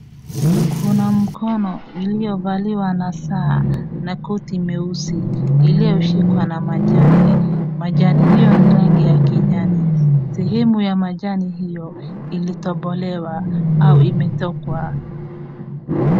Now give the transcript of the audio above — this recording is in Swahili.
Kuna mkono iliyovaliwa na saa na koti meusi ilioshikwa na majani. Majani hiyo ni rangi ya kijani. Sehemu ya majani hiyo ilitobolewa au imetokwa.